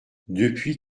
depuis